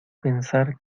pensar